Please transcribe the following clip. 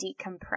decompress